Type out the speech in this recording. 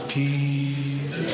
peace